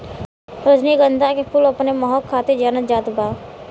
रजनीगंधा के फूल अपने महक खातिर जानल जात बा